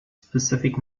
specific